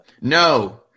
No